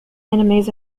enemies